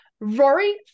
Rory